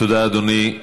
תודה, אדוני.